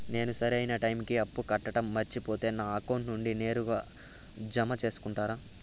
నేను సరైన టైముకి అప్పు కట్టడం మర్చిపోతే నా అకౌంట్ నుండి నేరుగా జామ సేసుకుంటారా?